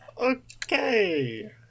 Okay